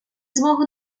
змогу